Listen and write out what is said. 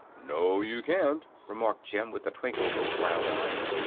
no you can't, remarked jim, with a twinkle in his round eyes.